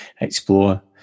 explore